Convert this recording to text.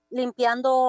limpiando